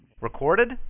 Recorded